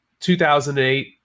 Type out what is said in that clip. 2008